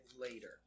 later